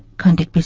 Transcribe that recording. conduct